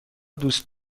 دوست